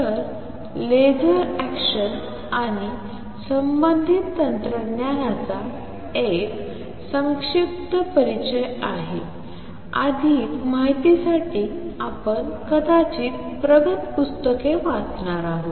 तर laser action आणि संबंधित तंत्रज्ञानाचा हा एक संक्षिप्त परिचय आहे अधिक माहितीसाठी आपण कदाचित प्रगत पुस्तके वाचणार आहात